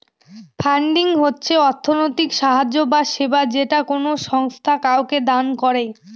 funding হচ্ছে অর্থনৈতিক সাহায্য বা সেবা যেটা কোনো সংস্থা কাউকে দান করে